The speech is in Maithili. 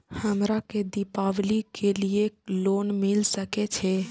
हमरा के दीपावली के लीऐ लोन मिल सके छे?